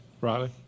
Riley